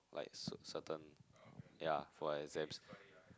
like cer~ certain yeah for exams